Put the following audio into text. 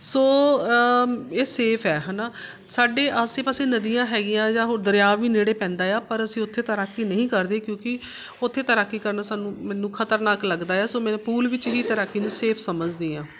ਸੋ ਇਹ ਸੇਫ ਹੈ ਹੈ ਨਾ ਸਾਡੇ ਆਸੇ ਪਾਸੇ ਨਦੀਆਂ ਹੈਗੀਆਂ ਜਾਂ ਹੋਰ ਦਰਿਆ ਵੀ ਨੇੜੇ ਪੈਂਦਾ ਆ ਪਰ ਅਸੀਂ ਉੱਥੇ ਤੈਰਾਕੀ ਨਹੀਂ ਕਰਦੇ ਕਿਉਂਕਿ ਉੱਥੇ ਤੈਰਾਕੀ ਕਰਨਾ ਸਾਨੂੰ ਮੈਨੂੰ ਖਤਰਨਾਕ ਲੱਗਦਾ ਹੈ ਸੋ ਮੈਂ ਪੂਲ ਵਿੱਚ ਹੀ ਤੈਰਾਕੀ ਨੂੰ ਸੇਫ ਸਮਝਦੀ ਹਾਂ